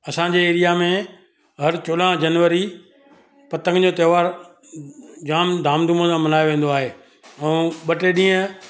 असांजे एरिआ में हर चोॾहां जनवरी पतंग जो त्योहार जाम धाम धूम सां मल्हायो वेंदो आहे ऐं ॿ टे ॾींहं